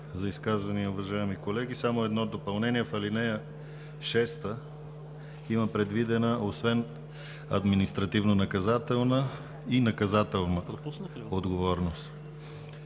за изказвания, уважаеми колеги, едно допълнение: в ал. 6 има предвидена освен „административнонаказателна“ и „наказателна“ отговорност.